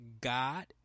God